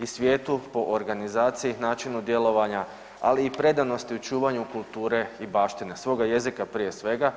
i svijetu po organizaciji, načinu djelovanja, ali i predanosti u čuvanju kulture i baštine svoga jezika prije svega.